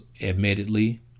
admittedly